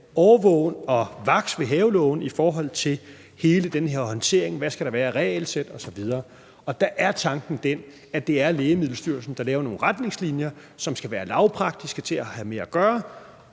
årvågen og vaks ved havelågen i forhold til hele den her håndtering, med hensyn til hvad der skal være af regelsæt osv. Og der er tanken den, at det er Lægemiddelstyrelsen, der laver nogle retningslinjer, som skal være lavpraktiske og til at have med at gøre,